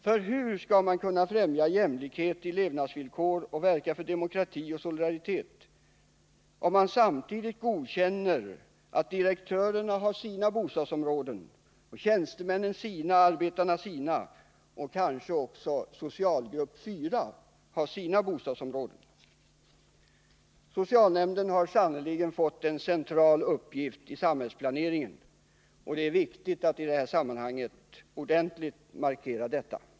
För hur skall man kunna främja jämlikhet i levnadsvillkor och verka för demokrati och solidaritet om man samtidigt godkänner att direktörerna har sina bostadsområden, tjänstemännen sina, arbetarna sina och kanske också socialgrupp 4 sina bostadsområden. Socialnämnden har sannerligen fått en central uppgift i samhällsplaneringen, och det är viktigt att i det här sammanhanget ordentligt markera detta.